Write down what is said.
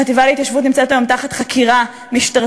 החטיבה להתיישבות נמצאת היום תחת חקירה משטרתית